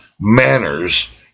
manners